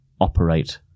operate